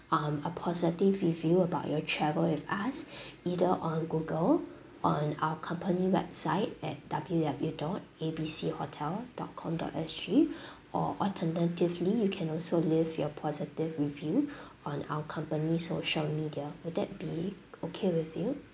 um a positive review about your travel with us either on Google on our company website at W W dot A B C hotel dot com dot S_G or alternatively you can also leave your positive review on our company social media will that be okay with you